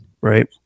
right